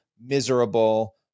miserable